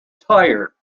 tire